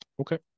Okay